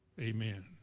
Amen